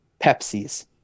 Pepsi's